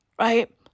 Right